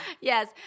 Yes